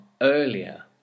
earlier